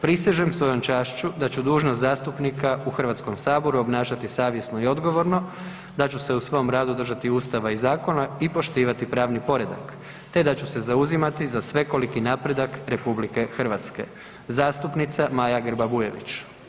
Prisežem svojom čašću da ću dužnost zastupnika u Hrvatskom saboru obnašati savjesno i odgovorno, da ću se u svom radu držati Ustava i zakona i poštivati pravni predak te da ću se zauzimati za svekoliki napredak RH.“ Zastupnica Maja Grba Bujević.